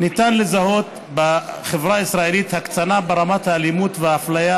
ניתן לזהות בחברה הישראלית הקצנה ברמת האלימות והאפליה